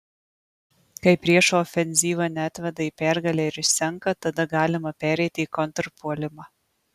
kai priešo ofenzyva neatveda į pergalę ir išsenka tada galima pereiti į kontrpuolimą